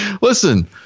Listen